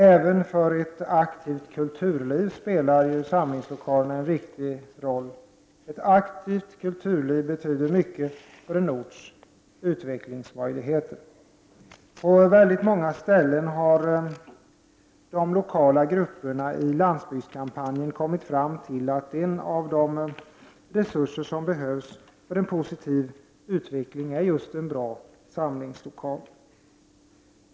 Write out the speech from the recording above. Även för ett aktivt kulturliv spelar samlingslokalerna en viktig roll. Ett aktivt kulturliv betyder mycket för en orts utvecklingsmöjligheter. På väldigt många ställen har de lokala grupperna i landsbygdskampanjen kommit fram till att en av de resurser som behövs för en positiv utveckling just är en bra samlingslokal.